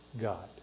God